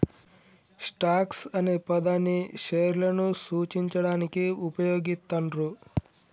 stocks అనే పదాన్ని షేర్లను సూచించడానికి వుపయోగిత్తండ్రు